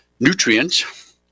nutrients